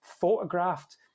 photographed